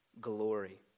glory